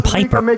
Piper